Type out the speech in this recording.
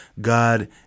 God